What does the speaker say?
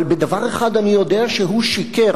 אבל בדבר אחד אני יודע שהוא שיקר.